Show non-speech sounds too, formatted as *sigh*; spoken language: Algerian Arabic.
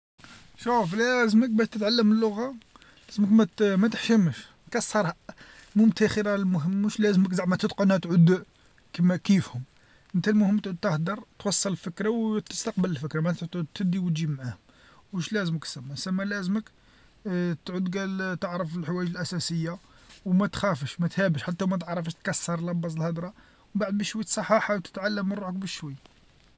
شوف لازمك باه تتعلم اللغه، خصك ما ت- ما تحشمش، كسرها، *unintelligible* موش لازمك زعما تتقنها تعود كيما كيفهم، نتا المهم ت- تهدر، توصل الفكره و *hesitation* تستقبل الفكره، معنتها تدي وتجيب معاهم، واش لازمك سما، سما لازمك *hesitation* تعود قال *hesitation* تعرف الحوايج الأساسيه، وما تخافش ما تهابش، حتى وما تعرفش كسر لبز الهدره، وبعد بشوي تصحح، حاول تتعلم من روحك بشوي.